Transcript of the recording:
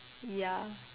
ya